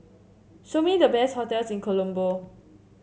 show me the best hotels in Colombo